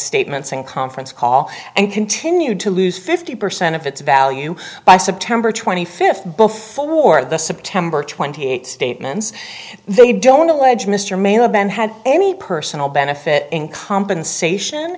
statements and conference call and continued to lose fifty percent of its value by september twenty fifth before the september twenty eighth statements they don't allege mr mayer ben had any personal benefit in compensation